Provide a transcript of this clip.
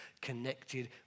connected